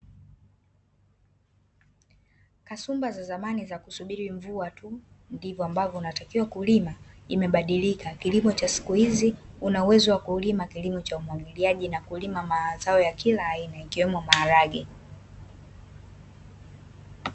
Kasumba za zamani za kusubiri mvua tu, ndiyo ambavyo unatakiwa kulima imebadilika. Kilimo cha siku hizi una uwezo wa kulima kilimo cha umwagiliaji na kulima mazao ya kila aina ikiwemo maharage.